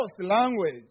language